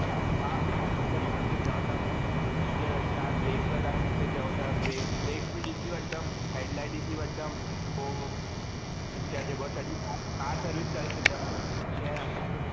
मां मुंहिंजे माण्हू खे चवंदुमि हिकु तव्हां ब्रेक लाइ मूंखे चओ था ब्रेक ब्रेक बि ॾिसी वठंदुमि हैडलाइट ॾिसी वठंदुमि पोइ छा चइबो आहे हा सर्विस करे छॾींदुमि जीअं